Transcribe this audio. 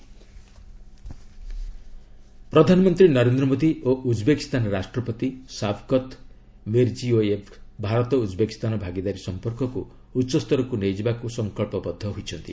India Uzbekistan ପ୍ରଧାନମନ୍ତ୍ରୀ ନରେନ୍ଦ୍ର ମୋଦି ଓ Uzbekistan ରାଷ୍ଟ୍ରପତି ଶାବକତ୍ ମିର୍ଜିୟୋୟେବ୍ ଭାରତ ଉଜ୍ବେକିସ୍ତାନ ଭାଗିଦାରୀ ସମ୍ପର୍କକ୍ ଉଚ୍ଚସ୍ତରକ୍ ନେଇଯିବାକୁ ସଂକଳ୍ପବଦ୍ଧ ହୋଇଛନ୍ତି